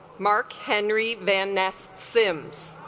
mark henry van ness sims